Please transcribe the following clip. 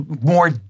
more